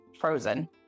frozen